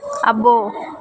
అబ్బో